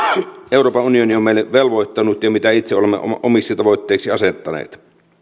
euroopan unioni on meille velvoittanut ja mitä itse olemme omiksi tavoitteiksi asettaneet